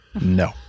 No